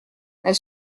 elle